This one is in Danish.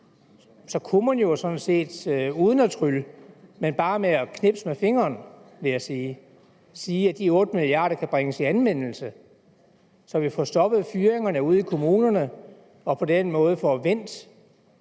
så kunne man jo sådan set, uden at trylle, men bare ved at knipse med fingrene, sige, at de 8 mia. kr. kan bringes i anvendelse, så vi får stoppet fyringerne ude i kommunerne og på den måde får vendt